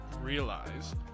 realize